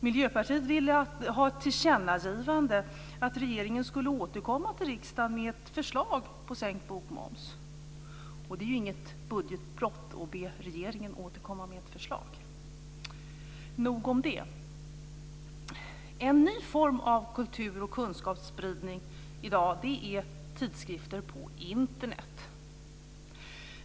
Miljöpartiet vill ha ett tillkännagivande om att regeringen ska återkomma till riksdagen med ett förslag till sänkt bokmoms. Det är inget budgetbrott att be regeringen återkomma med ett förslag. Nog om det. En ny form av kultur och kunskapsspridning i dag är tidskrifter på Internet.